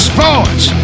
Sports